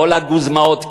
כל הגוזמאות,